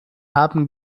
haben